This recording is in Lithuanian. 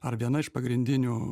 ar viena iš pagrindinių